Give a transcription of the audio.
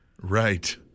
Right